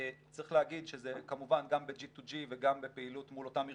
צריך להגיד שזה כמובן גם ב-G to G וגם בפעילות מול אותם ארגונים,